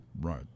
Right